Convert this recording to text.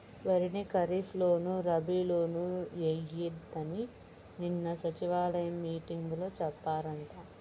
వరిని ఖరీప్ లోను, రబీ లోనూ ఎయ్యొద్దని నిన్న సచివాలయం మీటింగులో చెప్పారంట